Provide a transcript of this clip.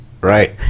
Right